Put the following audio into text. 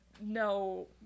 no